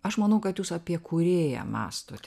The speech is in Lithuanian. aš manau kad jūs apie kūrėją mąstot